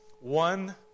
one